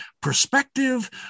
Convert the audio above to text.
perspective